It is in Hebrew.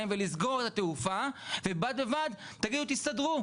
ולסגור את התעופה ובד בבד תגידו 'תסתדרו'.